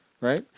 Right